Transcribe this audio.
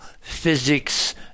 physics